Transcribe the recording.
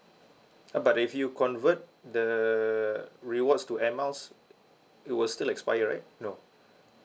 but if you convert the rewards to air miles it will still expire right no